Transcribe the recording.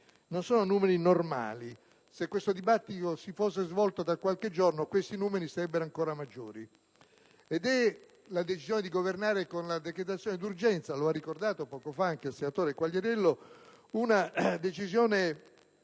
non sono numeri normali e se questo dibattito si fosse svolto tra qualche giorno, questi numeri sarebbero ancora maggiori. La decisione di governare con la decretazione d'urgenza, lo ha ricordato poco fa anche il senatore Quagliariello, è una decisione